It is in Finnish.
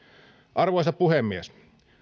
arvoisa puhemies